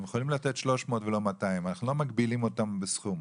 הם יכולים לתת 300 ולא 200. אנחנו לא מגבילים אותם בסכום.